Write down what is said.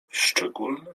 szczególny